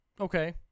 Okay